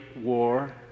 War